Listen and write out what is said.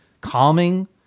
calming